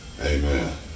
amen